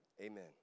Amen